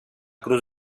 cruz